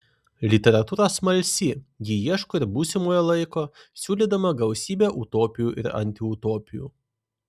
literatūra smalsi ji ieško ir būsimojo laiko siūlydama gausybę utopijų ir antiutopijų